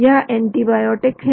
यह एंटीबायोटिक है